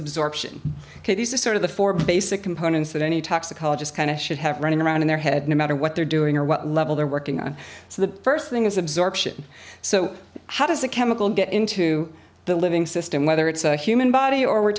absorption ok these are sort of the four basic components that any toxicologist kind of should have running around in their head no matter what they're doing or what level they're working on so the first thing is absorption so how does a chemical get into the living system whether it's a human body or we're